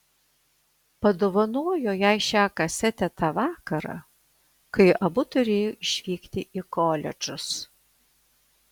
padovanojo jai šią kasetę tą vakarą kai abu turėjo išvykti į koledžus